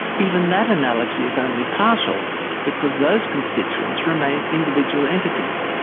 even that analogy is only partial because those constituents remain individual entities,